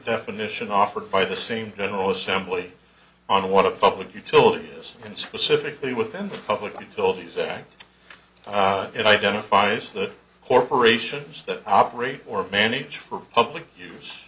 definition offered by the same general assembly on what a public utility is and specifically within the public utilities a it identifies that corporations that operate or manage for public use